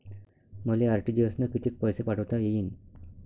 मले आर.टी.जी.एस न कितीक पैसे पाठवता येईन?